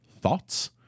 Thoughts